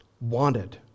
wanted